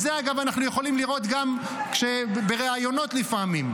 את זה אגב אנחנו יכולים לראות גם בראיונות לפעמים.